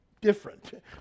different